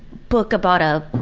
book about a.